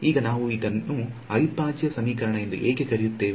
ಈಗ ನಾವು ಇದನ್ನು ಅವಿಭಾಜ್ಯ ಸಮೀಕರಣ ಎಂದು ಏಕೆ ಕರೆಯುತ್ತೇವೆ